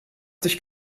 dich